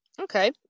Okay